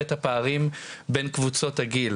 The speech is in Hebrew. ואת הפערים בין קבוצות הגיל.